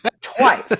twice